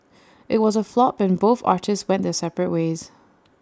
IT was A flop and both artists went their separate ways